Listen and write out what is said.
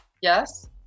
Yes